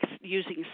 using